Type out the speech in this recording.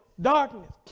darkness